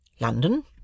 London